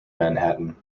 manhattan